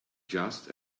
just